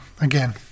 again